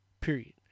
Period